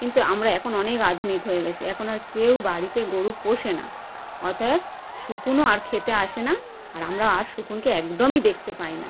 কিন্তু আমরা এখন অনেক আধুনিক হয়ে গিয়েছি এখন আর কেউ বাড়িতে গরু পোষে না অতএব শকুনও আর খেতে আসে না আর আমরা আর শকুনকে একদমই দেখতে পাই না